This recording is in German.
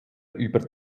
über